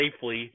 safely